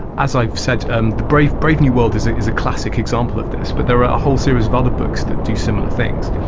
as i've said, um brave brave new world is is a classic example of this, but there are a whole series of other books that do similar things.